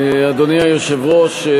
אדוני היושב-ראש,